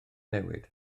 newid